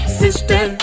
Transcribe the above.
sister